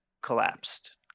collapsed